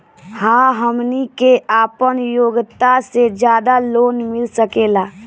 का हमनी के आपन योग्यता से ज्यादा लोन मिल सकेला?